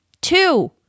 Two